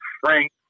Frank